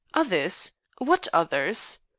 others? what others?